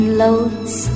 loads